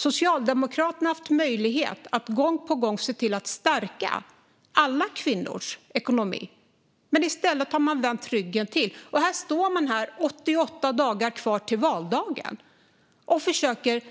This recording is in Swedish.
Socialdemokraterna har haft möjlighet att gång på gång stärka alla kvinnors ekonomi, men i stället har man vänt ryggen till. Nu står man här, när det är 88 dagar kvar till valdagen, och försöker